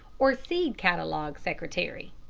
or seed catalogue secretary.